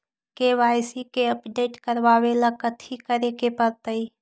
KYC के update करवावेला कथि करें के परतई?